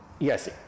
Yes